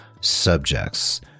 subjects